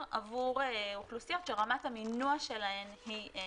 עבור אוכלוסיות שרמת המינוע שלהן היא נמוכה.